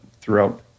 throughout